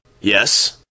yes